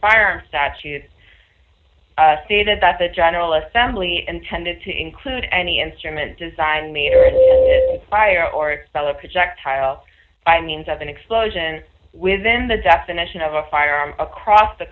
firearms statutes stated that the general assembly intended to include any instrument design made fire or expel a projectile by means of an explosion within the definition of a firearm across the